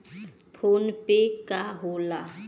PhonePe का होला?